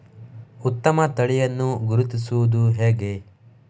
ಉತ್ತಮ ತಳಿಯನ್ನು ಗುರುತಿಸುವುದು ಹೇಗೆ?